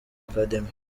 academy